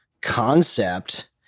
concept